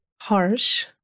Harsh